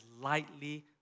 lightly